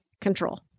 control